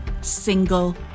single